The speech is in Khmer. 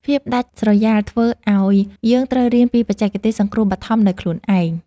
ភាពដាច់ស្រយាលធ្វើឱ្យយើងត្រូវរៀនពីបច្ចេកទេសសង្គ្រោះបឋមដោយខ្លួនឯង។